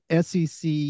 SEC